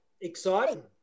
Exciting